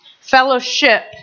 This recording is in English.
Fellowship